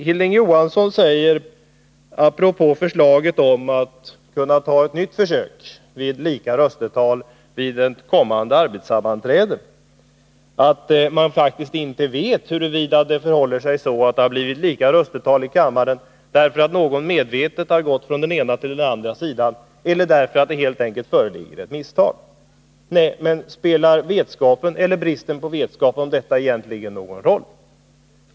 Hilding Johansson säger apropå förslaget om att göra ett nytt försök vid lika röstetal under ett kommande arbetssammanträde, att man faktiskt inte vet huruvida det har blivit lika röstetal i kammaren därför att någon medvetet har gått från den ena till den andra sidan eller därför att det helt enkelt föreligger ett misstag. Nej, men spelar bristen på vetskap om detta egentligen någon roll?